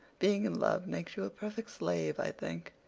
being in love makes you a perfect slave, i think.